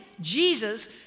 Jesus